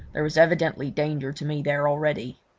there was evidently danger to me there already.